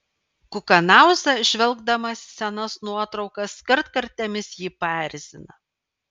kukanauza žvelgdamas į senas nuotraukas kartkartėmis jį paerzina